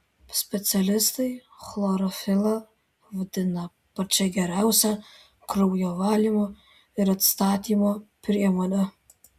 specialistai chlorofilą vadina pačia geriausia kraujo valymo ir atstatymo priemone